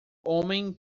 homem